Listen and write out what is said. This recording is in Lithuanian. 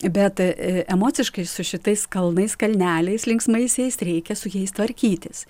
bet emociškai su šitais kalnais kalneliais linksmaisiais reikia su jais tvarkytis